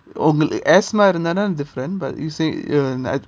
or mere~ asthma உங்களுக்கு ஆஸ்த்துமா இருந்தன:ungaluku asthuma irunthuna different but you said you